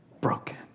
broken